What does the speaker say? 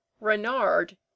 Renard